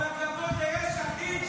כל הכבוד ליש עתיד,